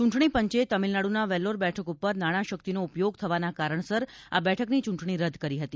ચૂંટણીપંચે તમિલનાડુના વેલ્લૌર બેઠક ઉપર નાણા શક્તિનો ઉપયોગ થવાના કારણસર આ બેઠકની ચૂંટણી રદ કરી હતી